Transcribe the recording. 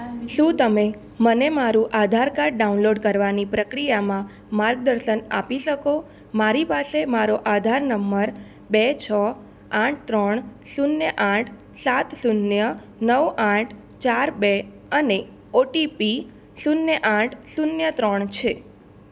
શું તમે મને મારું આધાર કાડ ડાઉનલોડ કરવાની પ્રક્રિયામાં માર્ગદર્શન આપી શકો મારી પાસે મારો આધાર નંબર બે છ આઠ ત્રણ શૂન્ય આઠ સાત શૂન્ય નવ આઠ ચાર બે અને ઓટીપી શૂન્ય આઠ શૂન્ય ત્રણ છે